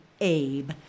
Abe